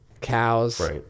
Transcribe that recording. Cows